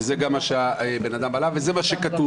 ושזה גם מה ש-י' אמר וזה מה שכתוב.